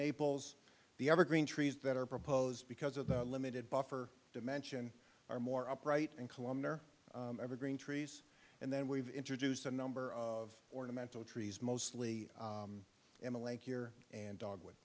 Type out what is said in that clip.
maples the evergreen trees that are proposed because of the limited buffer dimension are more upright and columbus are evergreen trees and then we've introduced a number of ornamental trees mostly in the lake here and dog